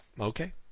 Okay